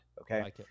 Okay